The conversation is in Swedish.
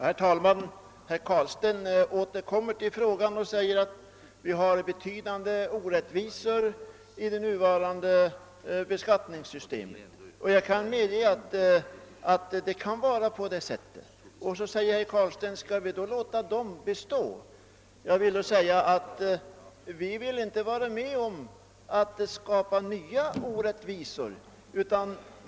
Herr talman! Herr Carlstein anser att det nuvarande beskattningssystemet är behäftat med betydande orättvisor, och jag kan medge att det är riktigt. I anslutning härtill frågar herr Carlstein: Skall vi låta dessa orättvisor bestå? Jag vill med anledning därav säga att vi inte vill vara med om att skapa nya orättvisor, som ett bifall till propositionen skulle innebära.